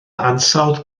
ansawdd